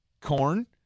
corn